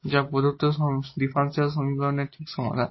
যা প্রদত্ত ডিফারেনশিয়াল সমীকরণের ঠিক সমাধান